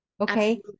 Okay